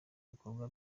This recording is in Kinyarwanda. bikorwa